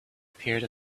appeared